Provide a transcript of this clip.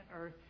Earth